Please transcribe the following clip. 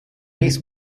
least